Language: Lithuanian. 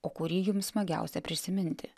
o kurį jums smagiausia prisiminti